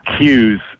cues